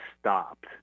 stopped